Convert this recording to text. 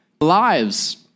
Lives